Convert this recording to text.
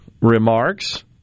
remarks